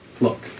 Look